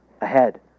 ahead